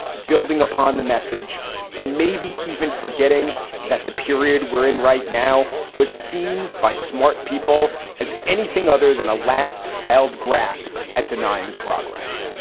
building upon the message and maybe even forgetting that the period we're in right now was seen by smart people as anything other than a last failed grasp at denying progress